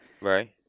Right